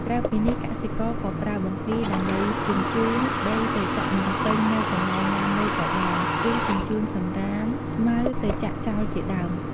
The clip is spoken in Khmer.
ក្រៅពីនេះកសិករក៏ប្រើបង្គីដើម្បីជញ្ចូន ដីទៅចាក់បំពេញនៅកន្លែងណាមួយក៏បាន ឬជញ្ចូនសំរាម ស្មៅទៅចាក់ចោលជាដើម។